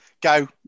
Go